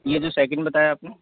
ये जो सेकंड बताया आपने